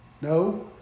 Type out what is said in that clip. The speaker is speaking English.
No